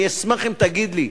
אני אשמח אם תגיד לי.